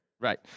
Right